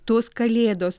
tos kalėdos